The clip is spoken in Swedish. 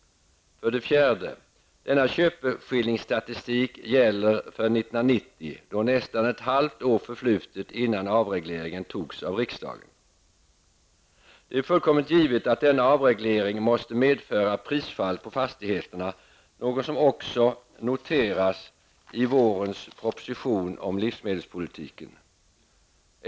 4. Denna köpeskillingsstatistik gäller för 1990, nästan ett halvt år innan avregleringen beslutades av riksdagen. Det är fullkomligt givet att denna avreglering måste medföra prisfall på fastigheterna, något som också noteras i vårens proposition om livsmedelspolitiken.